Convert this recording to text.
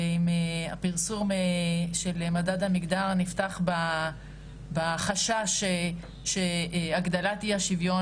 ואם הפרסום של מדד המגדר הנפתח בחשש שהגדלת אי השוויון